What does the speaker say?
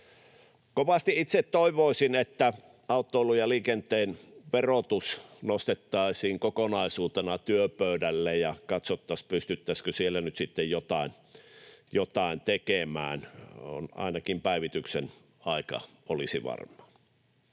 Kovasti itse toivoisin, että autoilun ja liikenteen verotus nostettaisiin kokonaisuutena työpöydälle ja katsottaisiin, pystyttäisiinkö siellä nyt sitten jotain tekemään — ainakin päivityksen aika olisi varmaan.